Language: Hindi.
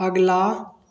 अगला